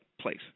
place